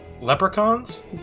Leprechauns